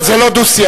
זה לא דו-שיח.